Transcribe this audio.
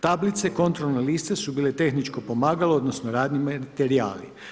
Tablice i kontrolne liste su bile tehničko pomagalo odnosno radni materijal.